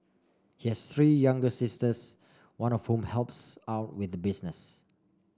he has three younger sisters one of whom helps out with the business